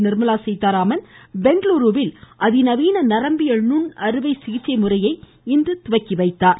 நிர்மலாசீதாராமன் பெங்களுருவில் அதிநவீன நரம்பியல் நுண் அறுவை சிகிச்சை முறையை இன்று தொடங்கிவைத்தார்